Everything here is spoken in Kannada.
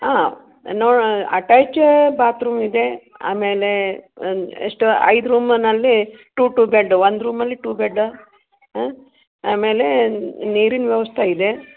ಹಾಂ ಇನ್ನೂ ಅಟ್ಟಾಚ್ ಬಾತ್ರೂಮ್ ಇದೆ ಆಮೇಲೆ ಒಂದು ಎಷ್ಟು ಐದು ರೂಮ್ನಲ್ಲಿ ಟೂ ಟೂ ಬೆಡ್ ಒನ್ ರೂಮಲ್ಲಿ ಟೂ ಬೆಡ್ ಹಾಂ ಆಮೇಲೆ ನೀರಿನ ವ್ಯವಸ್ಥೆ ಇದೆ